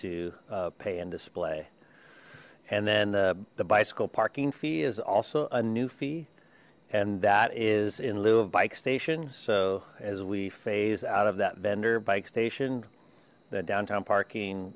to pay and display and then the bicycle parking fee is also a new fee and that is in lieu of bike station so as we phase out of that vendor bike station the downtown parking